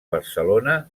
barcelona